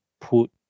put